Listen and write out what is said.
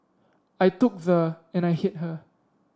I took the and I hit her